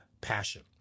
passion